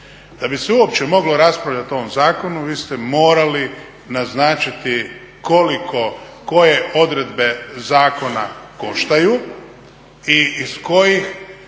Da bi se uopće moglo raspravljati o ovom zakonu vi ste morali naznačiti koliko koje odredbe zakona koštaju i iz kojih